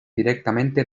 directamente